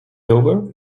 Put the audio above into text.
over